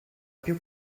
più